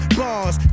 bars